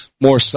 more